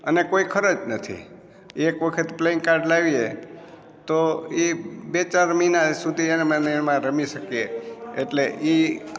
અને કોઈ ખર્ચ નથી એક વખત પ્લેઇંગ કાર્ડ લાવીએ તો એ બે ચાર મહિના સુધી એમા અને એમાં રમી શકીએ એટલે એ